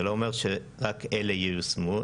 זה לא אומר שרק אתה ייושמו,